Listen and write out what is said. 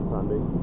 Sunday